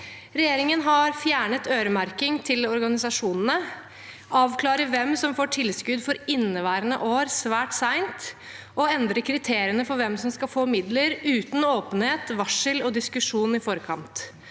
Regjeringen har fjernet øremerking til organisasjonene, avklart hvem som får tilskudd for inneværende år, svært sent og endret kriteriene for hvem som skal få midler, uten åpenhet, varsel og diskusjon i forkant.